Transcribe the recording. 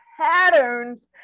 patterns